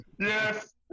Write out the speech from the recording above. Yes